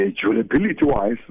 durability-wise